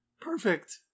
Perfect